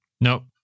Nope